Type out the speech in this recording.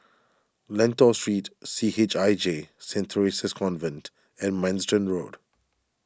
Lentor Street C H I J Saint theresa's Convent and Manston Road